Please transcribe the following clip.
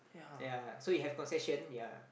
ya so if you have concession ya